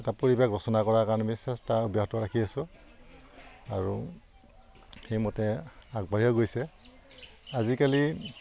এটা পৰিৱেশ ৰচনা কৰাৰ কাৰণে আমি চেষ্টা অব্যাহত ৰাখি আছোঁ আৰু সেইমতে আগবাঢ়িও গৈছে আজিকালি